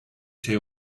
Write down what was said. şey